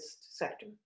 sector